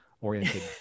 Oriented